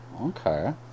Okay